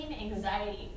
anxiety